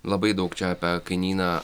labai daug čia apie kaimyną